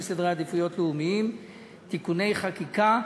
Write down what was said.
סדרי עדיפויות לאומיים (תיקוני חקיקה).